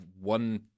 one